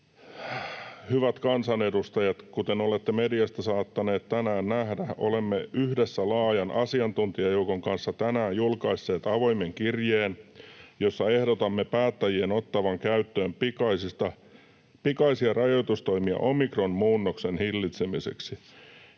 ”Hyvät kansanedustajat, kuten olette mediasta saattaneet tänään nähdä, olemme yhdessä laajan asiantuntijajoukon kanssa tänään julkaisseet avoimen kirjeen, jossa ehdotamme päättäjien ottavan käyttöön pikaisia rajoitustoimia omikronmuunnoksen hillitsemiseksi.